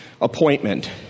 appointment